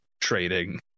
trading